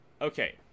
Okay